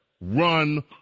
run